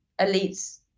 elites